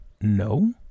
No